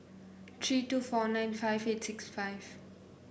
three two four nine five eight six five